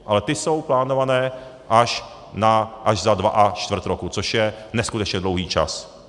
Ale ty jsou plánované až za dva a čtvrt roku, což je neskutečně dlouhý čas.